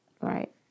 right